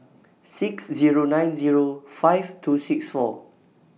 six Zero nine Zero five two six four